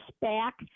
back